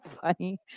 funny